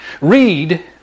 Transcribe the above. read